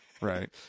right